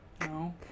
no